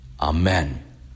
Amen